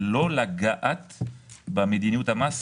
כך זה קרה גם בתחום הפנסיה ובירידה של דמי הניהול,